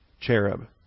cherub